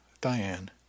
Diane